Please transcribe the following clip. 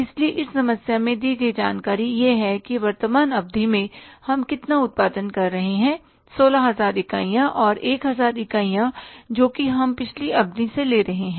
इसलिए इस समस्या में दी गई जानकारी यह है कि वर्तमान अवधि में हम कितना उत्पादन कर रहे हैं 16000 इकाइयाँ और 1000 इकाइयाँ जोकि हम पिछली अवधि से ले रहे हैं